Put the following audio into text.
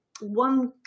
one